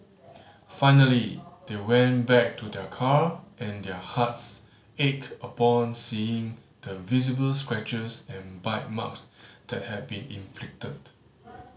finally they went back to their car and their hearts ached upon seeing the visible scratches and bite marks that had been inflicted